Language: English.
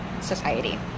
society